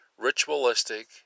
ritualistic